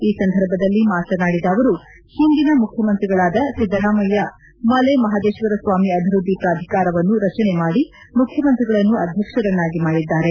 ಈ ಸಂದರ್ಭದಲ್ಲಿ ಮಾತನಾಡಿದ ಅವರು ಹಿಂದಿನ ಮುಖ್ಯಮಂತ್ರಿಗಳಾದ ಸಿದ್ದರಾಮಯ್ಯ ಮಲೆ ಮಹದೇಶ್ವರ ಸ್ವಾಮಿ ಅಭಿವೃದ್ದಿ ಪ್ರಾಧಿಕಾರವನ್ನು ರಚನೆಮಾಡಿ ಮುಖ್ಯಮಂತ್ರಿಗಳನ್ನು ಅಧ್ಯಕ್ಷರನ್ನಾಗಿ ಮಾಡಿದ್ದಾರೆ